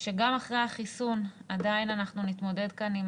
שגם אחרי החיסון עדיין אנחנו נתמודד כאן עם